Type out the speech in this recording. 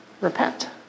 repent